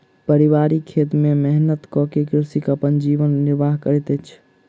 पारिवारिक खेत में मेहनत कअ के कृषक अपन जीवन निर्वाह करैत अछि